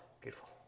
beautiful